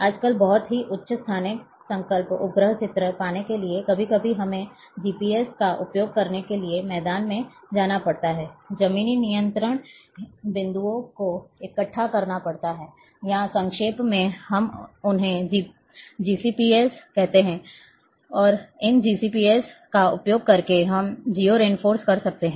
आजकल बहुत ही उच्च स्थानिक संकल्प उपग्रह चित्र पाने के लिए कभी कभी हमें जीपीएस का उपयोग करने के लिए मैदान में जाना पड़ता है जमीनी नियंत्रण बिंदुओं को इकट्ठा करना पड़ता है या संक्षेप में हम उन्हें जीसीपीएस कहते हैं और इन जीसीपीएस का उपयोग करके हम जियो रेफरेंस कर सकते हैं